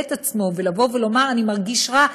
את עצמו ולבוא ולומר: אני מרגיש רע.